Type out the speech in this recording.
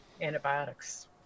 antibiotics